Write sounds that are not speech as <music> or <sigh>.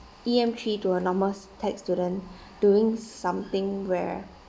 E_M three to a normal s~ tech student <breath> doing something where